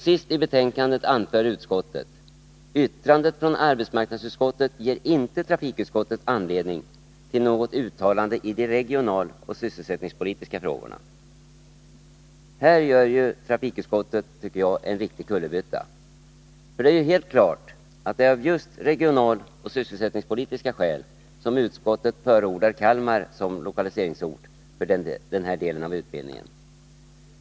Sist i betänkandet anför utskottet: ”Yttrandet från arbetsmarknadsutskottet ger inte trafikutskottet anledning till något uttalande i de regionaloch sysselsättningspolitiska frågorna.” Här gör trafikutskottet enligt min mening en riktig kullerbytta, ty det ärju Nr 35 helt klart att det är av just regionaloch sysselsättningspolitiska skäl som utskottet förordar Kalmar som lokaliseringsort för denna del av utbildningen.